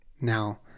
Now